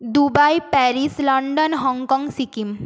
Dubai Paris London Hong Kong Sikkim